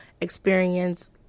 experience